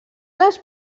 les